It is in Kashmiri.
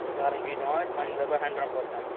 گارَنٹی دِمو أسۍ پَنُن دپو أسۍ ہَنڈرنڈ پٔرسَنٹ